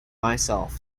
myself